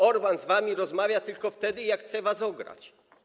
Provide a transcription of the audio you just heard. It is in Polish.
Orbán z wami rozmawia tylko wtedy, jak chce was ograć.